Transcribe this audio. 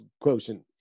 quotient